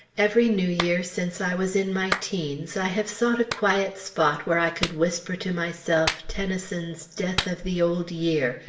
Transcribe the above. every new year since i was in my teens, i have sought a quiet spot where i could whisper to myself tennyson's death of the old year,